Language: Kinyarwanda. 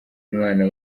mwana